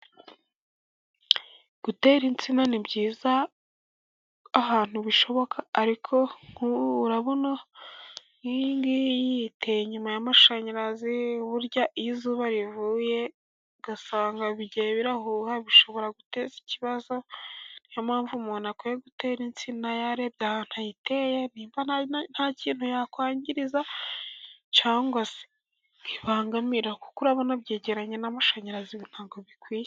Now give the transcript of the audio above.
Gutera insina ni byiza ahantu bishoboka, ariko nk'ubu urabona nk'iyi ngiyi iteye nyuma y'amashanyarazi burya iyo izuba rivuye, ugasanga bigiye birahuha bishobora guteza ikibazo. Ni yo mpamvu umuntu akwiye gutera insina yarebye ahantu ayiteye niba nta kintu yakwangiriza cyangwa se ntibangamira, kuko urabona byegeranye n'amashanyarazi ntabwo bikwiye.